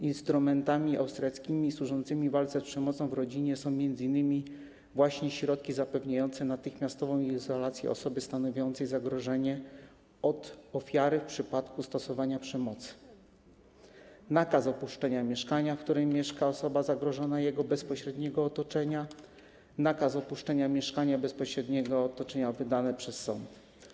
Instrumentami austriackimi służącymi walce z przemocą w rodzinie są m.in. środki zapewniające natychmiastową izolację osoby stanowiącej zagrożenie od ofiary w przypadku stosowania przemocy, nakaz opuszczenia mieszkania, w którym mieszka osoba zagrożona, i jego bezpośredniego otoczenia, nakaz opuszczenia mieszkania i bezpośredniego otoczenia wydany przez sąd.